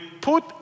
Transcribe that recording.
Put